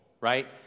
right